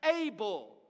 able